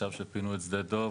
עכשיו כשפינו את שדה דב,